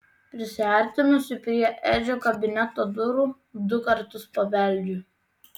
prisiartinusi prie edžio kabineto durų du kartus pabeldžiu